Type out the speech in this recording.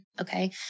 Okay